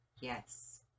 Yes